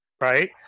right